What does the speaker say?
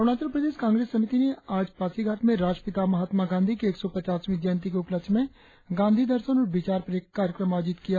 अरुणाचल प्रदेश कांग्रेस समिति ने आज पासीघाट में राष्ट्रपिता महात्मा गांधी की एक सौ पचासवीं जयंती के उपलक्ष्य में गांधी दर्शन और विचार पर एक कार्यक्रम आयोजित किया गया